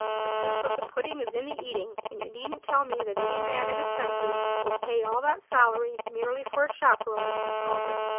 the proof of the pudding is in the eating, and you needn't tell me that any man in his senses will pay all that salary merely for a chaperon, as he calls it.